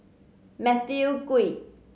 Matthew Ngui